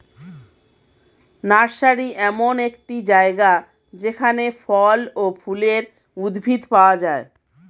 nursery এমন একটি জায়গা যেখানে ফল ও ফুলের উদ্ভিদ পাওয়া যায়